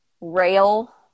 rail